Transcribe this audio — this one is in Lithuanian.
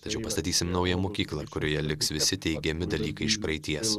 tačiau pastatysim naują mokyklą kurioje liks visi teigiami dalykai iš praeities